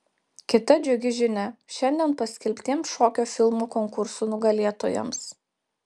kita džiugi žinia šiandien paskelbtiems šokio filmų konkurso nugalėtojams